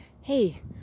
hey